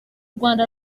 rwanda